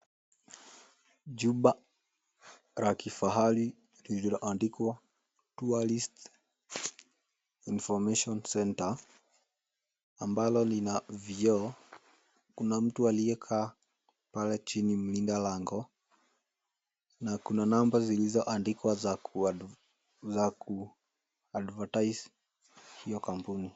Jumba la kifahari lililoandikwa, Tourist Information Centre ambalo lina vioo. Kuna mtu aliyekaa pale chini mlinda lango na kuna namba zilizoandikwa za ku advertise]cs] hiyo kampuni.